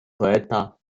poeta